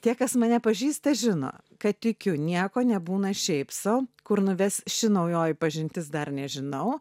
tie kas mane pažįsta žino kad tikiu nieko nebūna šiaip sau kur nuves ši naujoji pažintis dar nežinau